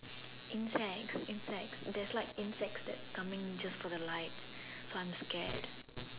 insects insects there's like insect that's coming just for the lights so I am scared